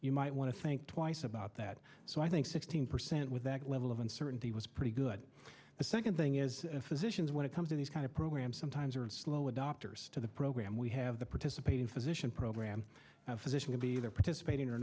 you might want to think twice about that so i think sixteen percent with that level of uncertainty was pretty good the second thing is physicians when it comes to these kind of programs sometimes are slow adopters to the program we have the participating physician program physician to be either participating or